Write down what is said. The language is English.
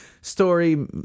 story